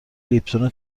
لیپتون